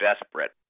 desperate